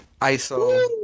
ISO